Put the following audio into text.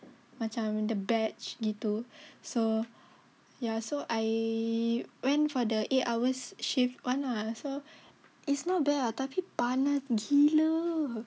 macam the badge gitu so yeah so I went for the eight hours shift [one] ah so it's not bad ah tapi panas gila